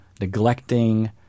neglecting